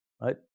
right